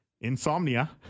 insomnia